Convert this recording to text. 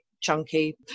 chunky